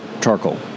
charcoal